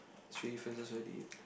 should we find some